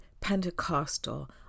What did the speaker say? Pentecostal